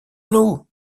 nous